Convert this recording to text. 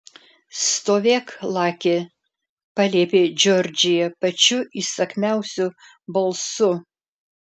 stovėk laki paliepė džordžija pačiu įsakmiausiu balsu